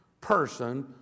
person